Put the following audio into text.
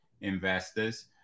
investors